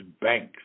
banks